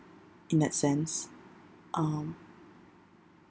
in that sense um